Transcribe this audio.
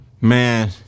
Man